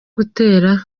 kuntera